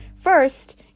First